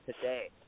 today